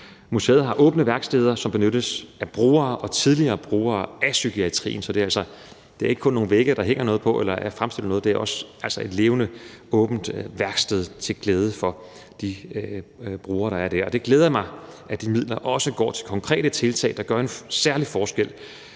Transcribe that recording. Museet har åbne værksteder, som benyttes af brugere og tidligere brugere af psykiatrien. Så det er altså ikke bare nogle vægge, hvor der hænger noget, som er fremstillet, det er også et levende og åbent værksted til glæde for de brugere, der er dér. Og det glæder mig, at de midler også går til konkrete tiltag, der gør en særlig forskel